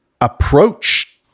approach